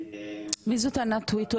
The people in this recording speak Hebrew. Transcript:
מי זו ענת טוויטו?